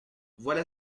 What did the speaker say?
voilà